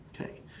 Okay